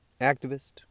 activist